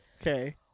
Okay